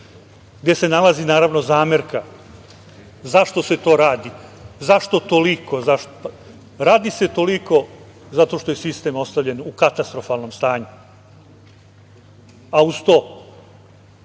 gde se nalazi, naravno, zamerka - zašto se to radi, zašto toliko? Radi se toliko zato što je sistem ostavljen u katastrofalnom stanju. Uz to,